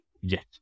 Yes